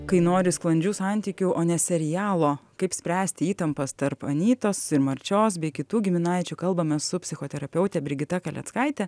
kai nori sklandžių santykių o ne serialo kaip spręsti įtampas tarp anytos ir marčios bei kitų giminaičių kalbamės su psichoterapeute brigita kaleckaite